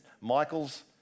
Michael's